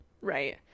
Right